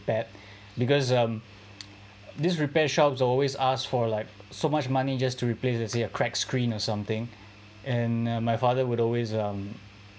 repair because um this repair shops always ask for like so much money just to replace the let's say crack screen or something and my father would always um